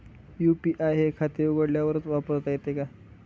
UPI हे खाते उघडल्यावरच वापरता येते का?